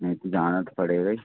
नहीं तो जाना तो पड़ेगा ही